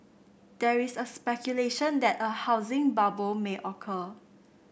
there is a speculation that a housing bubble may occur